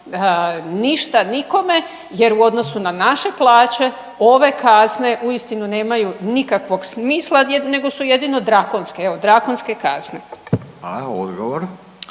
ništa nikome jer u odnosu na naše plaće ove kazne uistinu nemaju nikakvog smisla nego su jedino drakonske, evo drakonske kazne. **Radin,